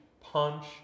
punch